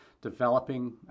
developing